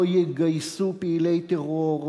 לא יגייסו פעילי טרור,